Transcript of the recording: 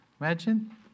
Imagine